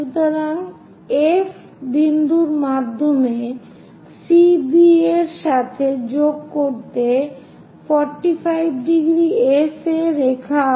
সুতরাং F বিন্দুর মাধ্যমে CB এর সাথে যোগ করতে 45 ° s এ রেখা আঁকুন